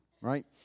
right